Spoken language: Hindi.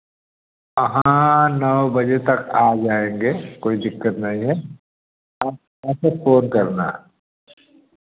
हाँ नौ बजे तक आ जाएँगे कोई दिक्कत नहीं है आप आकर फोन करना